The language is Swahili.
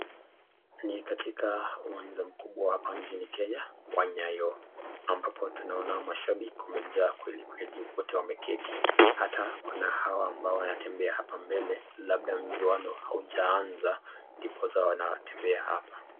Ni katika uwanja mkubwa hapa njini Kenya wa Nyayo ambapo tunaona mashabik wamejaa kwelikweli. Wote wameketi hata kuna hawa ambao wanatembea hapa mbele labda mjuano haujaanza ndiposa wanatembea hapa.